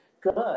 good